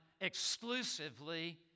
exclusively